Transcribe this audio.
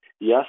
Yes